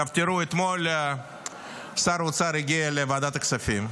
אתמול שר האוצר הגיע לוועדת הכספים,